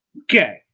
Okay